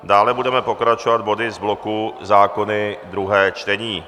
Dále budeme pokračovat body z bloku zákony druhé čtení.